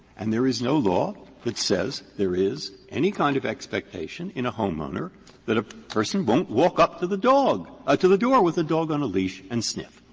and there is no law that says there is any kind of expectation in a homeowner that a person won't walk up to the dog to the door with a dog on a leash and sniff,